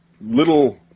little